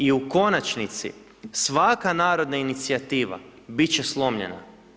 I u konačnici, svaka narodna inicijativa, bit će slomljena.